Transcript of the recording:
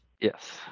Yes